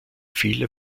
viele